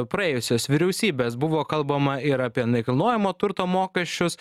praėjusios vyriausybės buvo kalbama ir apie nekilnojamo turto mokesčius